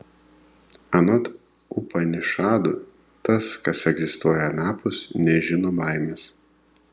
anot upanišadų tas kas egzistuoja anapus nežino baimės